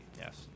yes